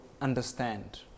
understand